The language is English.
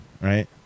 right